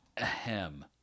Ahem